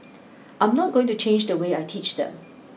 I'm not going to change the way I teach them